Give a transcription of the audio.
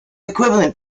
equivalent